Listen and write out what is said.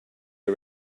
you